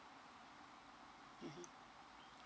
mmhmm